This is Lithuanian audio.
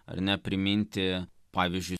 ar ne priminti pavyzdžiui